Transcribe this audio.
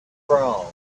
wrong